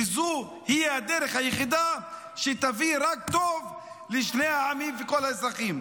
וזוהי הדרך היחידה שתביא רק טוב לשני העמים ולכל האזרחים.